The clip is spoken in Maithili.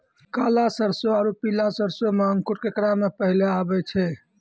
काला सरसो और पीला सरसो मे अंकुर केकरा मे पहले आबै छै?